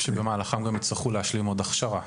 כשבמהלכן גם יצטרכו להשלים עוד הכשרה?